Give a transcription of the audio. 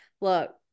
look